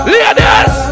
Leaders